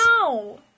No